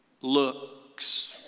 looks